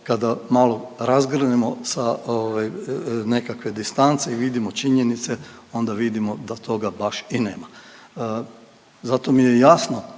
kada malo razgrnemo sa nekakve distance i vidimo činjenice, onda vidimo da toga baš i nema. Zato mi je jasno